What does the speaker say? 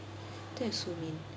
that is so mean